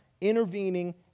intervening